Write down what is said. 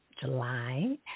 July